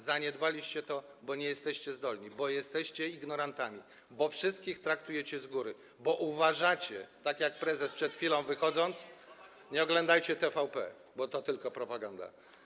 Zaniedbaliście to, bo nie jesteście do tego zdolni, bo jesteście ignorantami, bo wszystkich traktujecie z góry, tak jak prezes, przed chwilą wychodząc - nie oglądajcie TVP, bo to tylko propaganda.